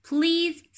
Please